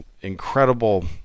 incredible